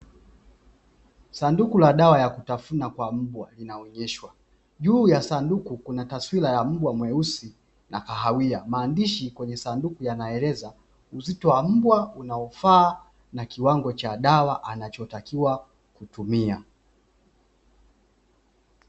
Sanduku la dawa ya kutafuna kwa mbwa inaonyeshwa. Juu ya sanduku kuna taswira ya mbwa mweusi na kahawia. Maandishi kwenye sanduku yanaeleza uzito wa mbwa unaofaa na kiwango cha dawa anachotakiwa kutumia.